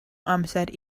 amser